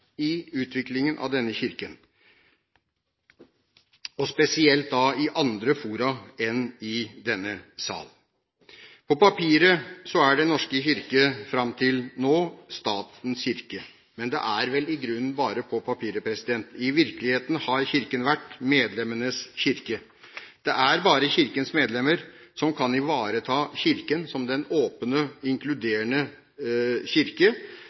i utviklingen av denne kirken, og spesielt i andre fora enn i denne sal. På papiret er Den norske kirke fram til nå statens kirke. Det er vel i grunnen bare på papiret, for i virkeligheten har Kirken vært medlemmenes kirke. Det er bare kirkens medlemmer som kan ivareta Kirken som den åpne, inkluderende kirke